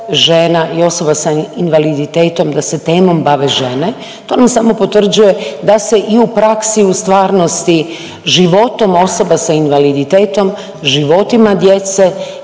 žena i osoba s invaliditetom da se temom bave ženom. To nam samo potvrđuje da se i u praksi i u stvarnosti života osoba sa invaliditetom, životima djece